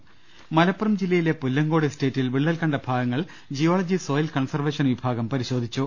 രദ്ദമ്പ്പെട്ടറ മലപ്പുറം ജില്ലയിലെ പുല്ലങ്കോട് എസ്റ്റേറ്റിൽ വിള്ളൽ കണ്ട ഭാഗങ്ങൾ ജിയോളജി സോയിൽ കൺസർവേഷൻ വിഭാഗം പരിശോധിച്ചു